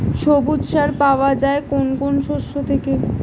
সবুজ সার পাওয়া যায় কোন কোন শস্য থেকে?